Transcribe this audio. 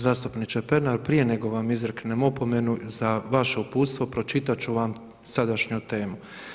Zastupniče Pernar prije nego vam izreknem opomenu, za vaše uputstvo pročitat ću vam sadašnju temu.